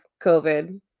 COVID